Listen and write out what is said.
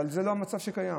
אבל זה לא המצב שקיים.